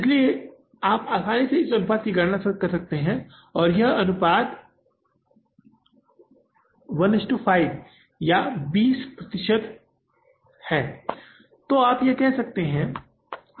इसलिए आप आसानी से इस अनुपात की गणना कर सकते हैं और यह अनुपात है कि आप इसे 1 5 या 20 प्रतिशत तक कह सकते हैं